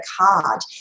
hard